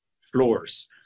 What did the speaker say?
floors